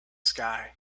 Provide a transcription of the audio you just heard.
sky